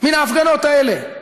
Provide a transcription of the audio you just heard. מן ההפגנות האלה.